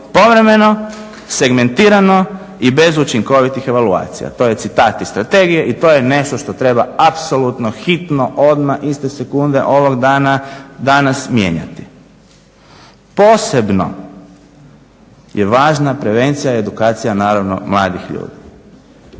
povremeno, segmentirano i bez učinkovitih evaluacija. To je citat iz strategije i to je nešto što treba apsolutno hitno odmah iste sekunde ovog dana danas mijenjati. Posebno je važna prevencija i edukacija naravno mladih ljudi